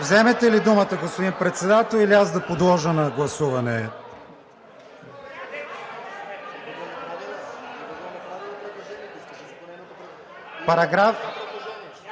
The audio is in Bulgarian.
вземете ли думата, господин Председател, или аз да подложа на гласуване? (Силен